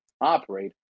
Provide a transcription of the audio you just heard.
operate